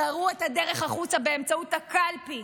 תראו את הדרך החוצה באמצעות הקלפי.